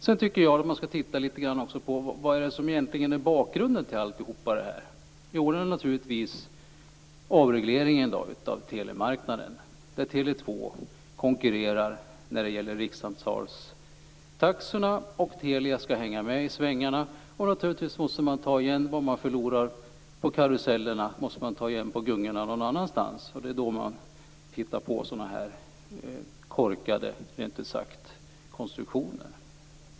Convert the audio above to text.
Sedan tycker jag att vi skall titta litet grand på vad som egentligen är bakgrunden till allt detta. Jo, det är naturligtvis avregleringen av telemarknaden. Tele 2 konkurrerar när det gäller taxorna för rikssamtal, och Telia skall hänga med i svängarna. Det man förlorar på karusellerna måste man naturligtvis ta igen på gungorna någon annanstans, och det är då man hittar på sådana här rent ut sagt korkade konstruktioner.